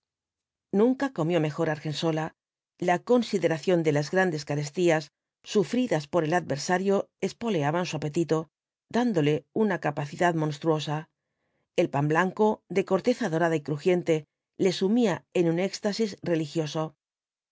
nunca comió mejor argensola la consideración de las grandes carestías sufridas por el adversario espoleaban su apetito dándole una capacidad monstruosa el pan blanco de corteza dorada y crujiente le sumía en un éxtasis religioso